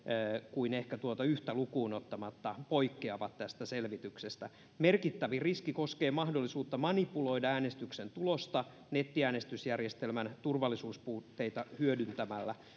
kuin ehkä tuota yhtä lukuun ottamatta poikkeavat tästä selvityksestä merkittävin riski koskee mahdollisuutta manipuloida äänestyksen tulosta nettiäänestysjärjestelmän turvallisuuspuutteita hyödyntämällä